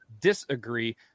disagree